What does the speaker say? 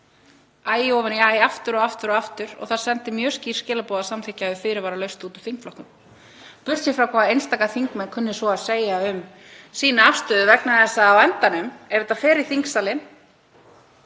út úr ríkisstjórn aftur og aftur og það sendir mjög skýr skilaboð að samþykkja þau fyrirvaralaust út úr þingflokknum, burt séð frá því hvað einstaka þingmenn kunna svo að segja um sína afstöðu, vegna þess að á endanum, ef þetta fer í þingsalinn,